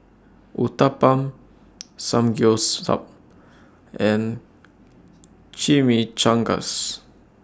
Uthapam Samgyeopsal and Chimichangas